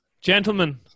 Gentlemen